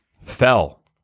fell